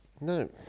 No